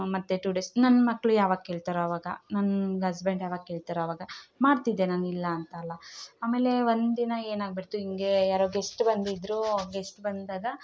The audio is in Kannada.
ಮತ್ತು ಟು ಡೇಸ್ ನನ್ನ ಮಕ್ಕಳು ಯಾವಾಗ ಕೇಳ್ತಾರೋ ಅವಾಗ ನನ್ನ ಹಸ್ಬೆಂಡ್ ಯಾವಾಗ ಕೊಳ್ತಾರೋ ಅವಾಗ ಮಾಡ್ತಿದ್ದೆ ನಾನು ಇಲ್ಲ ಅಂತಲ್ಲ ಅಮೇಲೆ ಒಂದು ದಿನ ಏನಾಗ್ಬುಡ್ತು ಹಿಂಗೆ ಯಾರೋ ಗೆಸ್ಟ್ ಬಂದಿದ್ರು ಆ ಗೆಸ್ಟ್ ಬಂದಾಗ